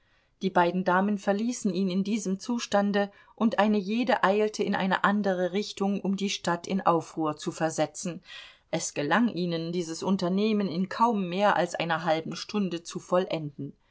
die beiden damen verließen ihn in diesem zustande und eine jede eilte in eine andere richtung um die stadt in aufruhr zu versetzen es gelang ihnen dieses unternehmen in kaum mehr als einer halben stunde zu vollenden